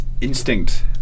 instinct